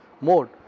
mode